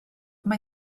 mae